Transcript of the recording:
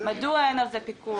מדוע אין על זה פיקוח?